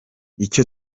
icyo